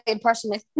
personally